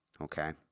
okay